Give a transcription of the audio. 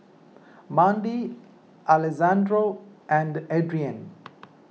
Mandi Alessandro and Adrianne